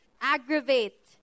aggravate